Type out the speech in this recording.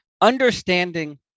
understanding